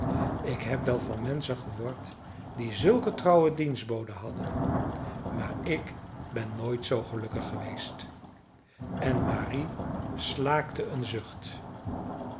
ik heb wel van menschen gehoord die zulke trouwe dienstboden hadden maar ik ben nooit zoo gelukkig geweest en marie slaakte een zucht